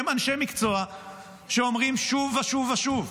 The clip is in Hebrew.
הם אנשי מקצוע שאומרים שוב ושוב ושוב: